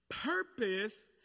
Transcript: purpose